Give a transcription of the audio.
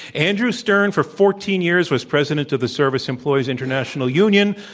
andrew stern for fourteen years was president of the service employees international union,